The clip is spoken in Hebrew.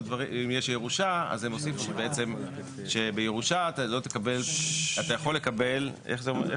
אם יש ירושה אז בירושה אתה יכול לקבל יותר.